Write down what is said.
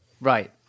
Right